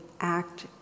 act